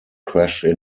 crashed